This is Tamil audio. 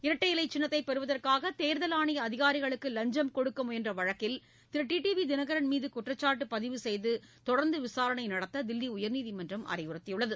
இரட்டை இலை சின்னத்தை பெறுவதற்காக தேர்தல் ஆணைய அதிகாரிகளுக்கு லஞ்சம் கொடுக்க முயன்ற வழக்கில் திரு டிடிவி தினகரன் மீது குற்றச்சாட்டு பதிவு செய்து தொடர்ந்து விசாரணை நடத்த தில்லி உயர்நீதிமன்றம் அறிவுறுத்தியுள்ளது